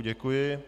Děkuji.